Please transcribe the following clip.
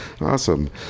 Awesome